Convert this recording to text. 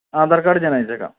Aadhaar card ഞാൻ അയച്ചേക്കാം